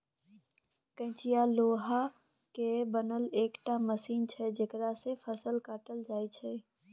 कचिया लोहा केर बनल एकटा मशीन छै जकरा सँ फसल काटल जाइ छै